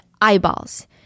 eyeballs